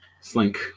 Slink